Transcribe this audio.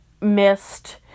missed